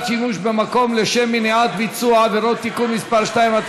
שימוש במקום לשם מניעת ביצוע עבירות (תיקון מס' 2),